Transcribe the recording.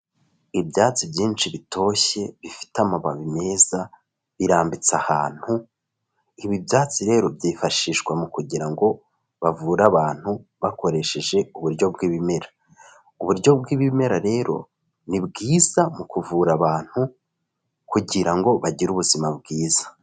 Ibyatsi byinshi bitoshye, bifite amababi meza, birambitse ahantu, ibi byatsi rero byifashishwa mu kugira ngo bavure abantu, bakoresheje uburyo bw'ibimera. Uburyo bw'ibimera rero, ni bwiza mu kuvura abantu kugira ngo bagire ubuzima bwiza.